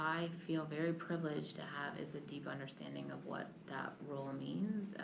i feel very privileged to have is the deep understanding of what that role means,